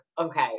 okay